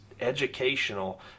educational